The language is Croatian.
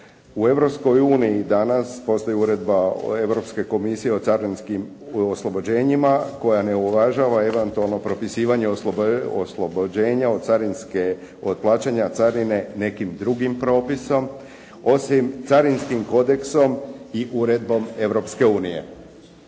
uniji danas postoji Uredba Europske komisije o carinskim oslobođenjima koja ne uvažava eventualno propisivanje oslobođenja od plaćanja carine nekim drugim propisom osim carinskim kodeksom i uredbom